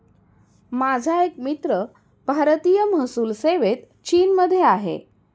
माझा एक मित्र भारतीय महसूल सेवेत चीनमध्ये आहे